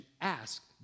ask